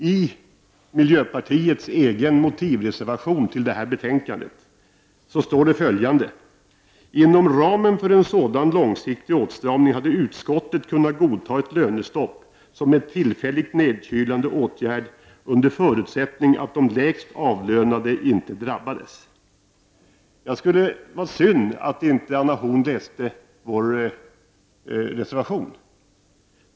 I miljöpartiets egen motivreservation till betänkandet står det emellertid följande: ”Inom ramen för en sådan långsiktig åtstramning hade utskottet kunnat godta ett lönestopp som en tillfälligt nedkylande åtgärd under förutsättning att de lägst avlönade inte drabbades.” Det var synd att Anna Horn af Rantzien inte läste vår reservation.